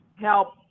help